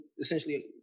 essentially